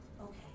okay